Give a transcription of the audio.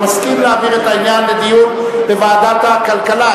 הוא מסכים להעביר את העניין לדיון בוועדת הכלכלה,